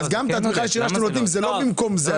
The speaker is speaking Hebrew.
אז גם התמיכה הישירה שאתם נותנים היא לא במקום זה.